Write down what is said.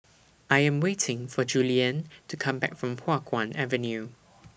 I Am waiting For Julianne to Come Back from Hua Guan Avenue